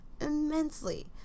Immensely